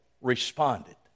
responded